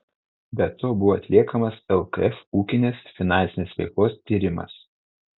be to buvo atliekamas lkf ūkinės finansinės veiklos tyrimas